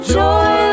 joy